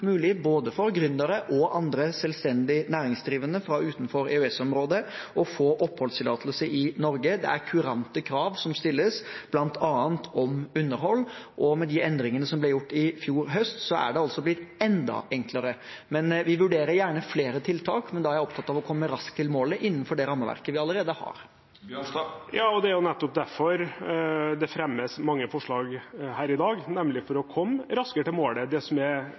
mulig for både gründere og andre selvstendig næringsdrivende fra utenfor EØS-området å få oppholdstillatelse i Norge. Det er kurante krav som stilles, bl.a. om underhold. Og med de endringene som ble gjort i fjor høst, er det altså blitt enda enklere. Vi vurderer gjerne flere tiltak, men da er jeg opptatt av å komme raskt til målet innenfor det rammeverket vi allerede har. Det er nettopp derfor det fremmes mange forslag her i dag, nemlig for å komme raskere til målet. Det som er